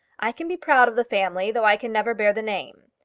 i can be proud of the family though i can never bear the name.